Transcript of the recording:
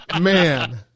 Man